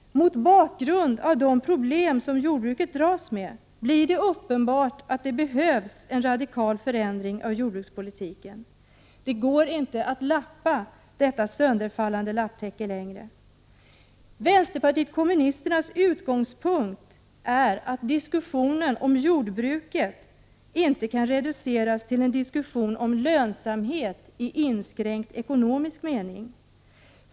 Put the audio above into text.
Mot bakgrund av de problem som jordbruket dras med blir det uppenbart att det behövs en radikal förändring av jordbrukspolitiken. Det går inte att lappa detta sönderfallande lapptäcke längre. Vpk:s utgångspunkt är att diskussionen om jordbruket inte får reduceras till en diskussion om lönsamhet i inskränkt ekonomisk mening.